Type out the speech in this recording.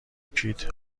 کیت